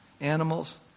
animals